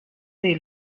dei